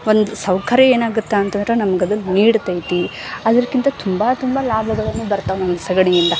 ಒಂದು ಸೌಕರ್ಯ ಏನಾಗುತ್ತೆ ಅಂತಂದ್ರೆ ನಮ್ಗೆ ಅದ್ರದ್ದು ನೀಡ್ ತೆಗಿತ್ತಿವಿ ಅದರಕ್ಕಿಂತ ತುಂಬ ತುಂಬ ಲಾಭಗಳನ್ನು ಬರ್ತಾ ಉಂಟು ಸಗಣಿಯಿಂದ